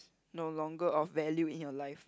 no longer of value in your life